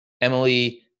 Emily